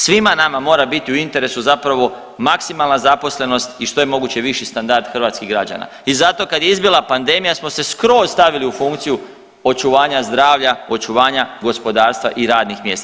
Svima nama mora biti u interesu zapravo maksimalna zaposlenost i što je moguće viši standard hrvatskih građana i zato kad je izbila pandemija smo se skroz stavili u funkciju očuvanja zdravlja, očuvanja gospodarstva i radnih mjesta.